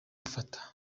ufata